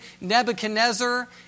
Nebuchadnezzar